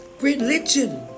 Religion